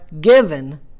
given